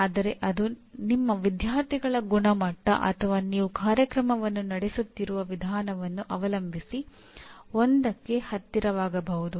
ಆದರೆ ಅದು ನಿಮ್ಮ ವಿದ್ಯಾರ್ಥಿಗಳ ಗುಣಮಟ್ಟ ಅಥವಾ ನೀವು ಕಾರ್ಯಕ್ರಮವನ್ನು ನಡೆಸುತ್ತಿರುವ ವಿಧಾನವನ್ನು ಅವಲಂಬಿಸಿ 1ಕ್ಕೆ ಹತ್ತಿರವಾಗಬಹುದು